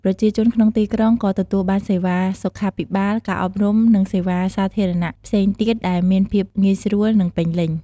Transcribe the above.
ប្រជាជនក្នុងទីក្រុងក៏ទទួលបានសេវាសុខាភិបាល ការអប់រំ និងសេវាសាធារណៈផ្សេងទៀតដែលមានភាពងាយស្រួល និងពេញលេញ។